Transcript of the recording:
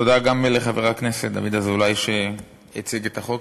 תודה גם לחבר הכנסת דוד אזולאי שהציג את החוק.